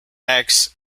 and